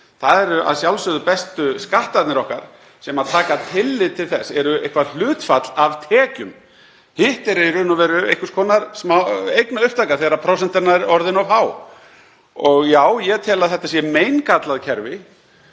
Það eru að sjálfsögðu bestu skattarnir okkar sem taka tillit til þess, eru eitthvert hlutfall af tekjum. Hitt er í raun og veru einhvers konar eignaupptaka þegar prósentan er orðin of há. Og já, ég tel að þetta sé meingallað kerfi